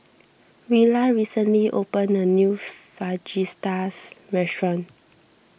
Willa recently opened a new Fajitas Restaurant